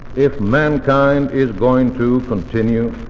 if mankind is going to continue